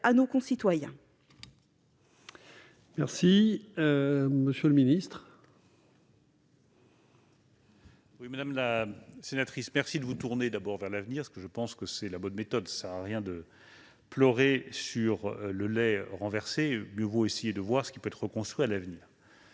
à nos concitoyens